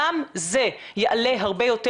גם זה יעלה הרבה יותר,